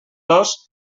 dos